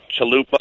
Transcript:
Chalupa